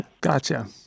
Gotcha